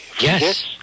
yes